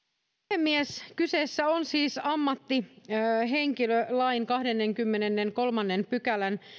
puhemies kyseessä on siis ammattihenkilölain kahdennenkymmenennenkolmannen pykälän